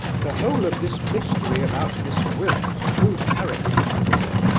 the whole of this mystery about miss gwilt's true character he said,